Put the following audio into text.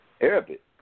Arabic